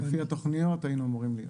לפי התכניות היינו אמורים להיות,